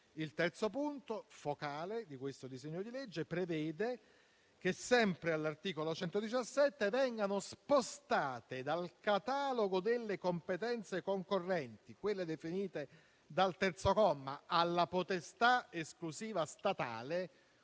Il terzo punto focale di questo disegno di legge prevede che, sempre all'articolo 117, vengano spostate dal catalogo delle competenze concorrenti (quelle definite dal terzo comma) nel catalogo di quelle di potestà esclusiva statale